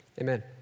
Amen